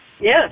Yes